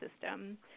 system